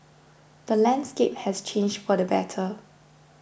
the landscape has changed for the better